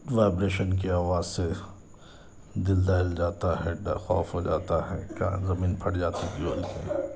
vibration کی آواز سے دل دہل جاتا ہے ڈر خوف ہو جاتا ہے کیا زمین پھٹ جاتی جو